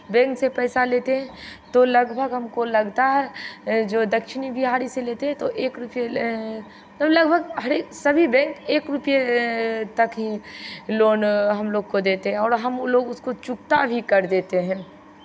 bank से पैसा लेते हैं तो लगभग हमको लगता है जो दक्षिणी बिहारी से लेते हैं तो एक रुपये तो लगभग हर एक सभी बैंक एक रुपये तक ही लोन हम लोग को देते हैं और हम लोग उसको चुकता भी कर देते हैं